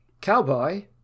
Cowboy